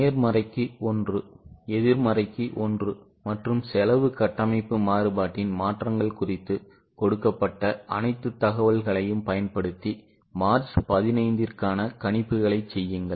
நேர்மறைக்கு ஒன்று எதிர்மறைக்கு ஒன்று மற்றும் செலவு கட்டமைப்பு மாறுபாட்டின் மாற்றங்கள் குறித்து கொடுக்கப்பட்ட அனைத்து தகவல்களையும் பயன்படுத்தி மார்ச் 15 க்கான கணிப்புகளைச் செய்யுங்கள்